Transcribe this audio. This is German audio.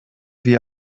wie